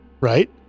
right